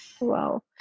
Wow